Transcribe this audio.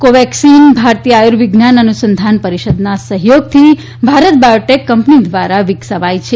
કોવેક્સીન ભારતીય આર્યુવિજ્ઞાન અનુસંધાન પરિષદના સહયોગથી ભારત બાયોટેક કંપની દ્વારા વિકસાવાઇ છે